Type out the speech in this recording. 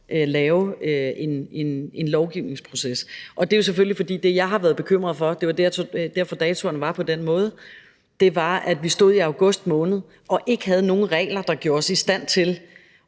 lave en lovgivningsproces. Det er jo selvfølgelig, fordi det, jeg har været bekymret for – og det var derfor, at datoerne var på den måde – var, at vi ville stå i august måned og ikke have nogen regler, der gjorde os i stand til